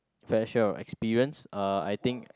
special experience uh I think